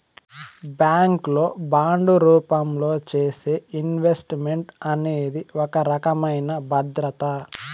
bank లో bond రూపంలో చేసే ఇన్వెస్ట్ మెంట్ అనేది ఒక రకమైన భద్రత